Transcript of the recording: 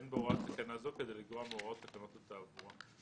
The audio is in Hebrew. זו כדי לגרוע מהוראות תקנות התעבורה.